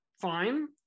fine